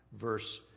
Verse